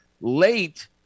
late